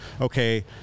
okay